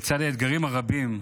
לצד האתגרים הרבים,